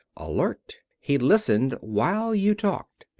alert, he listened, while you talked.